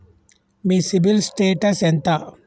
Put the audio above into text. మీ CIBIL status ఎంత?